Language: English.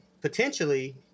potentially